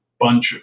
bunch